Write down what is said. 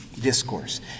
discourse